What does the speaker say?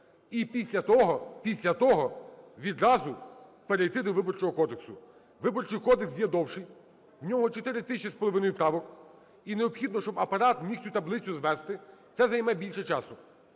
після того відразу перейти до Виборчого кодексу. Виборчий кодекс є довший, в ньому чотири тисячі з половиною правок, і необхідно, щоб Апарат міг цю таблицю звести. Це займе більше часу.